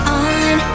on